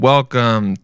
Welcome